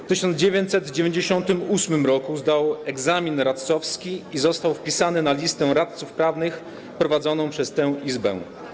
W 1998 r. zdał egzamin radcowski i został wpisany na listę radców prawnych prowadzoną przez tę izbę.